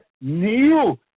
new